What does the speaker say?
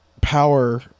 power